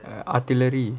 err artillery